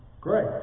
Great